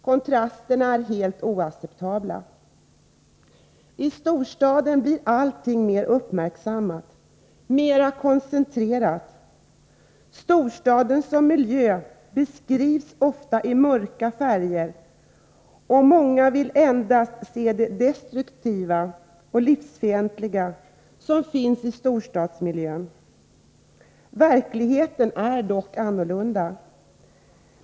Kontrasterna är helt oacceptabla. I storstaden blir allting mer uppmärksammat, mer koncentrerat. Storstaden som miljö beskrivs ofta i mörka färger, och många vill endast se det destruktiva och livsfientliga som finns i storstadsmiljön. Verkligheten är dock en annan.